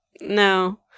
no